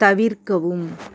தவிர்க்கவும்